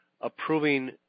approving